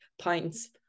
pints